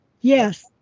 Yes